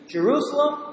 Jerusalem